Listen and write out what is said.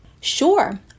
Sure